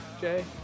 Jay